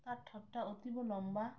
তার ঠোঁটটা অতীব লম্বা